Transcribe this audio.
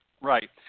Right